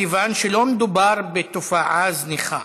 כיוון שלא מדובר בתופעה זניחה.